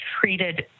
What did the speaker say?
treated